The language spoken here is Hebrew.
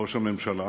ראש הממשלה,